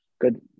good